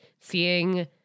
seeing